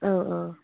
औ औ